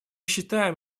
считаем